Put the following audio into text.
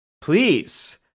please